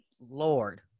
Lord